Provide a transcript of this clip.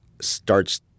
starts